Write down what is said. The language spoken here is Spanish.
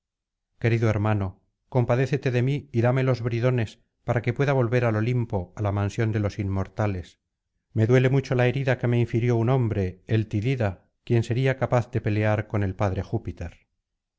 querido hermano compadécete de mí y dame los bridones para que pueda volver al olimpo á la mansión de los inmortales me duele mucho la herida que me infirió un hombre el tidida quien sería capaz de pelear con el padre júpiter